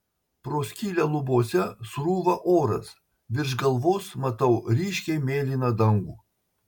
pro skylę lubose srūva oras virš galvos matau ryškiai mėlyną dangų